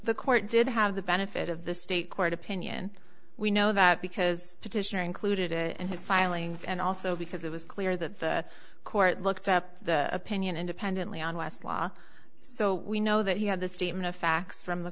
the court did have the benefit of the state court opinion we know that because petitioner included it and his filings and also because it was clear that the court looked up the opinion independently on westlaw so we know that you have the statement of facts from the